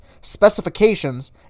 specifications